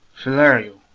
philario,